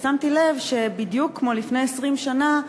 ושמתי לב שבדיוק כמו לפני 20 שנה,